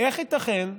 איך ייתכן שבעבר,